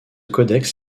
codex